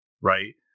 Right